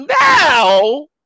Now